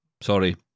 Sorry